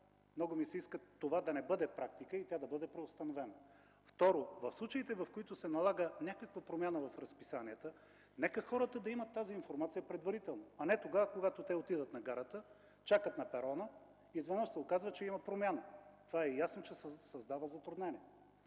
Много ми се иска това да не бъде практика и тя да бъде преустановена. Второ, в случаите, в които се налага някаква промяна в разписанията, нека хората да имат тази информация предварително, а не тогава когато те отидат на гарата, чакат на перона и изведнъж се оказва, че има промяна. Ясно е, че това създава затруднение.